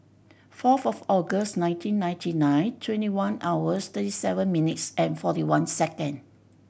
fourth of August nineteen ninety nine twenty one hours thirty seven minutes and forty one second